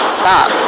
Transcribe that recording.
stop